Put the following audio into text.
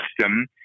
system